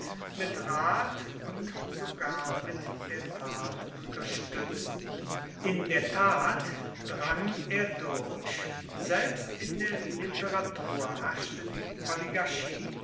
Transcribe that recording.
mit rat und sogar mit der tat unterstützten in der tat drang er durch selbst in der literatur herrschte die oligarchie